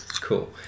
Cool